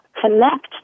Connect